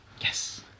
Yes